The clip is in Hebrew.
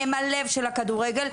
הם הלב של הכדורגל.